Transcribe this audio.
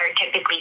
typically